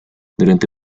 durante